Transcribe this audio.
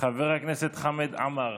חבר הכנסת חמד עמאר,